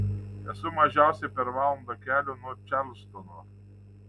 esu mažiausiai per valandą kelio nuo čarlstono